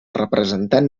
representant